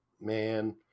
Man